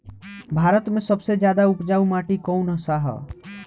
भारत मे सबसे ज्यादा उपजाऊ माटी कउन सा ह?